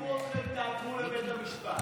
יחייבו אתכם, תעתרו לבית המשפט.